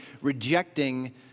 rejecting